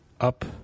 up